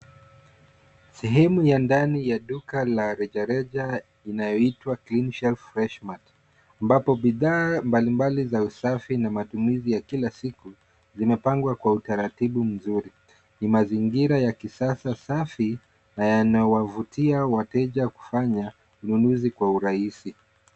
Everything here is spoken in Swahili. Sehemu ya ndani ya duka la rejareja inayoitwa CLEANSHELF FRESH MART ,ambapo mbalimbali za usafi na matumizi ya kila siku. Imepangwa kwa utaratibu mzuri ni mazingira ya kisasa safi na yanawavutia wateja kufanya ununuzi kwa urahisi.